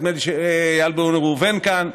נדמה לי שאיל בן ראובן כאן,